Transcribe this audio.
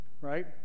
right